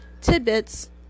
Tidbits